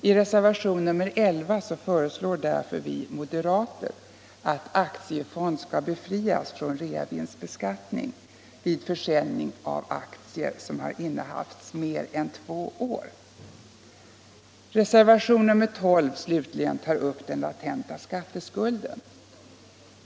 I reservationen 11 föreslår därför vi moderater att aktiefond skall befrias från reavinstbeskattning vid försäljning av aktier som har innehafts mer än två år. Reservationen 12 slutligen tar upp frågan om den latenta skatteskulden.